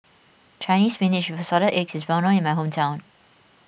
Chinese Spinach with Assorted Eggs is well known in my hometown